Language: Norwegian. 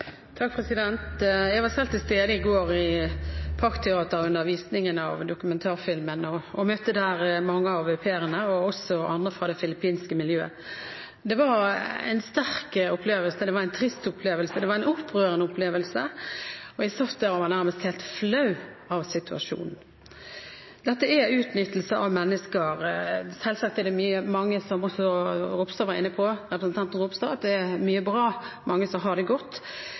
Jeg var selv til stede i Parkteatret i går under visningen av dokumentarfilmen, og jeg møtte der mange av au pairene og også andre fra det filippinske miljøet. Det var en sterk opplevelse, det var en trist opplevelse, det var en opprørende opplevelse, og jeg satt der og var nærmest helt flau over situasjonen. Dette er utnyttelse av mennesker. Selvsagt er det, som også representanten Ropstad var inne på, mye bra, og mange har det